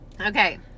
okay